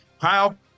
Kyle